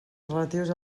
relatius